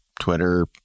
Twitter